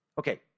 Okay